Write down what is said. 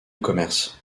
commerce